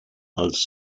als